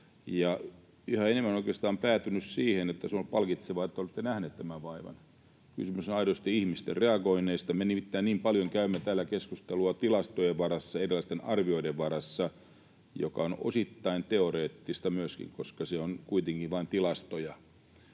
yhä enemmän olen oikeastaan päätynyt siihen, että on palkitsevaa, että olette nähneet tämän vaivan. Kysymys on aidosti ihmisten reagoinneista. Me nimittäin niin paljon käymme täällä keskustelua tilastojen varassa, erilaisten arvioiden varassa, joka on osittain teoreettista myöskin, koska ne ovat kuitenkin vain tilastoja.